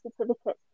certificates